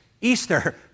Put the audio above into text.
Easter